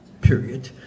period